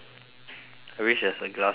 I wish there's a glass mirror